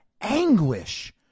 anguish